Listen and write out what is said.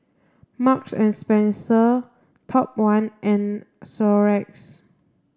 Marks and Spencer Top One and Xorex